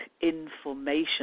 information